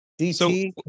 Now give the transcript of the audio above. DC